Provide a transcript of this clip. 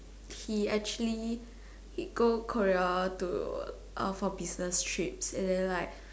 he actually go Korea to uh for business trips and then like